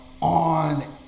On